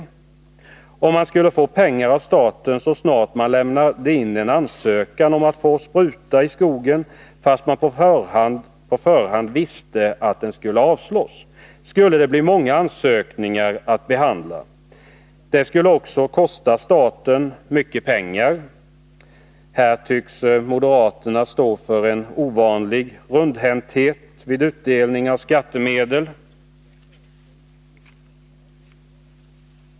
En skogsägare skulle få pengar av staten så snart vederbörande lämnade in en ansökan om att få spruta i skogen, fastän man på förhand visste att den skulle avslås. Det skulle säkert bli många ansökningar att behandla och följaktligen också kosta staten mycket pengar. Här tycks moderaterna stå för en ovanlig rundhänthet vid utdelningen av skattemedel.